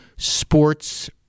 sports